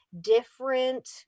different